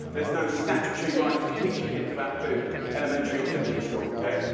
there's no statutory right to teach kids about food, elementary or secondary school, ok?